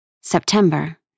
September